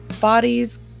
bodies